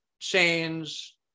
change